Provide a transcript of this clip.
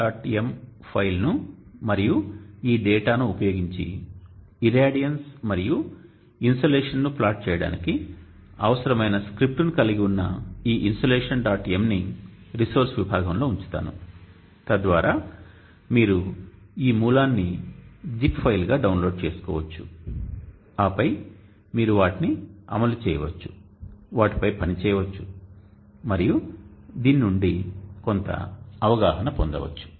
m ఫైల్ను మరియు ఈ డేటాను ఉపయోగించి ఇరాడియన్స్ మరియు ఇన్సోలేషన్ను ప్లాట్ చేయడానికి అవసరమైన స్క్రిప్ట్ను కలిగి ఉన్న ఈ ఇన్సోలేషన్ డాట్ m ని రిసోర్స్ విభాగంలో ఉంచుతాను తద్వారా మీరు ఈ మూలాన్ని జిప్ ఫైల్గా డౌన్లోడ్ చేసుకోవచ్చు ఆపై మీరు వాటిని అమలు చేయవచ్చు వాటిపై పనిచేయవచ్చు మరియు దీని నుండి కొంత అవగాహన పొందవచ్చు